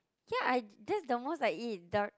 ya I that's the most I eat duck